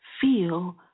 feel